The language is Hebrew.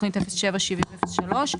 תכנית 077003,